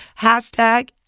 Hashtag